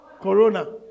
Corona